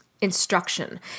instruction